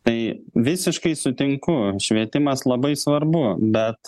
tai visiškai sutinku švietimas labai svarbu bet